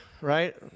right